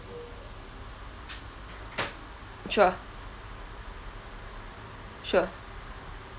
sure sure